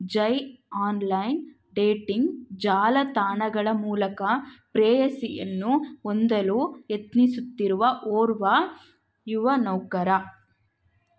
ಜಯ್ online dating ಜಾಲತಾಣಗಳ ಮೂಲಕ ಪ್ರೇಯಸಿಯನ್ನು ಹೊಂದಲು ಯತ್ನಿಸುತ್ತಿರುವ ಓರ್ವ ಯುವ ನೌಕರ